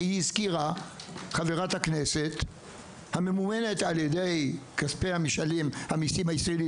שהזכירה חברת הכנסת - הממומנת על ידי כספי משלם המיסים הישראלי,